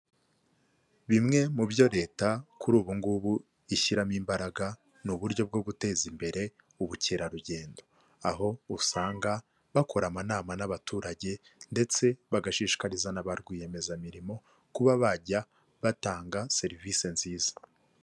Bimwe mu byo leta kuri ubu ngubu ishyiramo imbaraga ni uburyo bwo guteza imbere ubukerarugendo aho usanga bakora amanama n'abaturage ndetse bagashishikariza na ba rwiyemezamirimo kuba bajya batanga serivisi nziza.